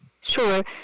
sure